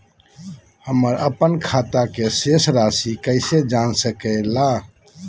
हमर अपन खाता के शेष रासि कैसे जान सके ला?